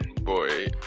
Boy